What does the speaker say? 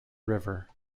river